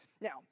Now